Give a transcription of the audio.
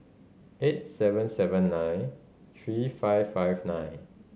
eight seven seven nine three five five nine